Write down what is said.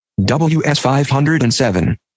WS507